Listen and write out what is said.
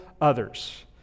others